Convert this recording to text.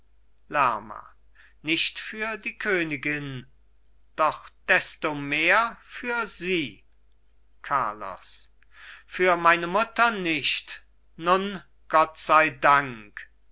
lerma nicht für die königin doch desto mehr für sie carlos für meine mutter nicht nun gott sei dank